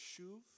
shuv